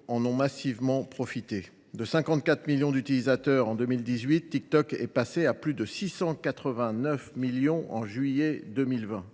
est passé de 54 millions d’utilisateurs en 2018 à plus de 689 millions en juillet 2020.